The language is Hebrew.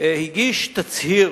הגיש תצהיר